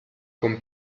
con